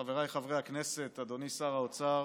חבריי חברי הכנסת, אדוני שר האוצר.